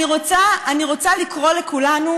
אני רוצה לקרוא לכולנו,